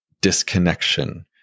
disconnection